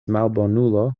malbonulo